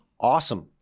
awesome